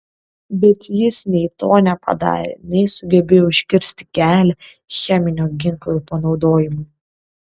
bet jis nei to nepadarė nei sugebėjo užkirsti kelią cheminio ginklo panaudojimui